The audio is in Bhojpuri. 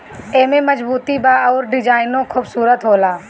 एमे मजबूती बा अउर डिजाइनो खुबसूरत होला